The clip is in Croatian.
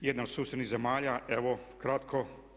Jedna od sustavnih zemalja, evo kratko.